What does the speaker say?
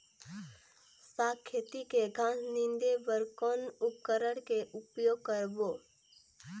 साग खेती के घास निंदे बर कौन उपकरण के उपयोग करबो?